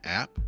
app